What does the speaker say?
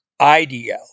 IDL